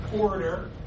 order